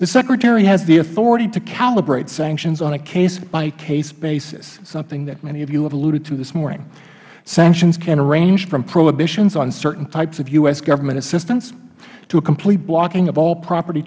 the secretary has the authority to calibrate sanctions on a case by case basis something that many of you have alluded to this morning sanctions can range from prohibitions on certain types of u s government assistance to a complete blocking of all property